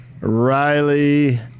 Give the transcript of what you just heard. Riley